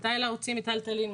מתי להוציא מיטלטלין,